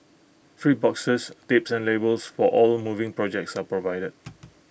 free boxes tapes and labels for all moving projects are provided